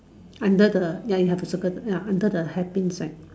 under the ya you have to circle under the hair pin sign